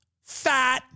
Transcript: fat